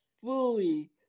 fully